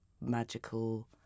magical